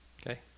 Okay